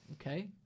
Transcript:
okay